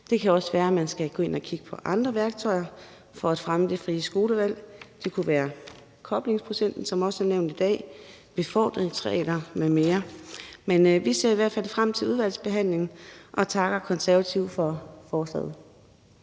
Det kan også være, at man skal gå ind at kigge på andre værktøjer for at fremme det frie skolevalg. Det kunne være koblingsprocenten, som også er nævnt i dag, befordringsregler m.m. Men vi ser i hvert fald frem til udvalgsbehandlingen og takker De Konservative for forslaget.